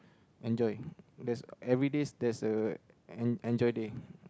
enjoy there's everyday there's a en~ enjoy day